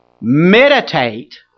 meditate